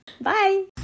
Bye